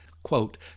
Quote